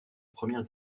première